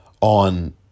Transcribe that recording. on